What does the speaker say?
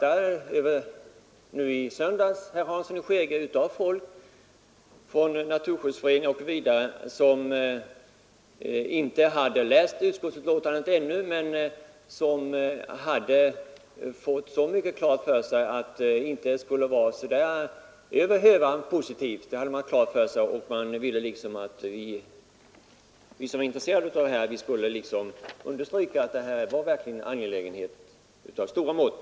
Jag blev i söndags uppvaktad av personer från naturskyddshåll som inte hade läst betänkandet ännu men som hade fått så mycket klart för sig att det inte var över hövan positivt. De ville att vi som är intresserade av den här frågan skulle understryka att det verkligen gäller en angelägenhet av stora mått.